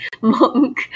monk